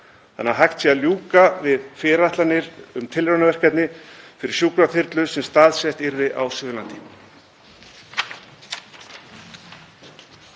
þannig að hægt sé að ljúka við fyrirætlanir um tilraunaverkefni fyrir sjúkraþyrlu sem staðsett yrði á Suðurlandi.